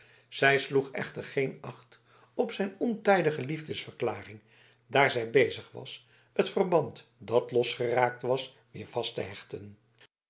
zij sloeg echter geen acht op zijn ontijdige liefdesverklaring daar zij bezig was het verband dat losgeraakt was weer vast te hechten